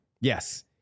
Yes